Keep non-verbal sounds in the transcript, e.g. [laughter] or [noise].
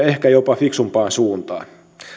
[unintelligible] ehkä jopa fiksumpaan suuntaan